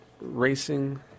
racing